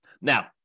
Now